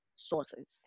Sources